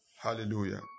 Hallelujah